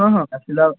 ହଁ ହଁ ଆସିଲ